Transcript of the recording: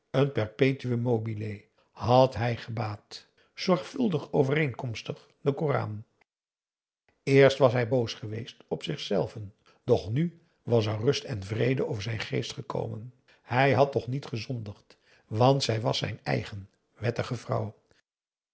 een perpetuum mobile had hij gebaad zorgvuldig overeenkomstig den koran eerst was hij boos geweest op zichzelven doch nu was er rust en vrede over zijn geest gekomen hij had toch niet gezondigd want zij was zijn eigen wettige vrouw